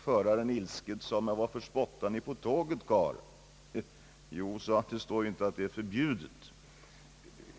Föraren sade ilsket: Varför spottar ni på tåget? Han fick till svar: Det står inte att det är förbjudet!